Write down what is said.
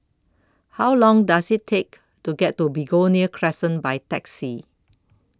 How Long Does IT Take to get to Begonia Crescent By Taxi